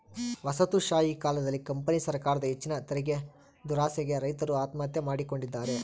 ವಸಾಹತುಶಾಹಿ ಕಾಲದಲ್ಲಿ ಕಂಪನಿ ಸರಕಾರದ ಹೆಚ್ಚಿನ ತೆರಿಗೆದುರಾಸೆಗೆ ರೈತರು ಆತ್ಮಹತ್ಯೆ ಮಾಡಿಕೊಂಡಿದ್ದಾರೆ